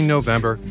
November